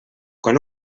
quan